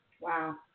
Wow